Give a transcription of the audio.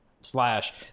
Slash